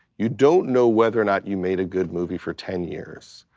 you don't know whether or not you made a good movie for ten years.